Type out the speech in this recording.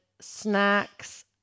Snacks